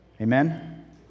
Amen